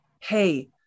Hey